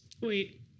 Wait